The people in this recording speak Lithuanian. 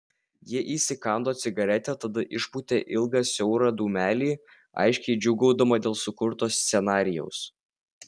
ji įsikando cigaretę tada išpūtė ilgą siaurą dūmelį aiškiai džiūgaudama dėl sukurto scenarijaus